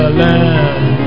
land